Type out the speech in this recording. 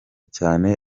cyane